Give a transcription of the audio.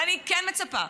אבל אני כן מצפה,